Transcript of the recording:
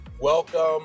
welcome